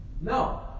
No